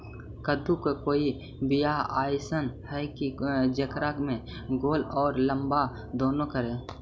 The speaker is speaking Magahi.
कददु के कोइ बियाह अइसन है कि जेकरा में गोल औ लमबा दोनो फरे?